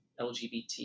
LGBT